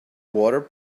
water